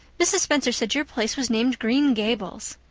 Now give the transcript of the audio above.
mrs. spencer said your place was named green gables.